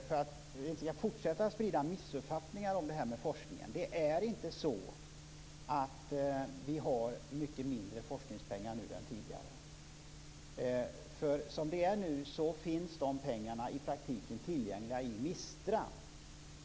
För att vi inte skall fortsätta att sprida missuppfattningar om forskningen vill jag säga att det inte är så att vi har mycket mindre forskningspengar nu är tidigare. Pengarna finns i praktiken tillgängliga i MISTRA.